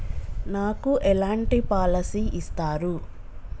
నాకు ఎలాంటి పాలసీ ఇస్తారు?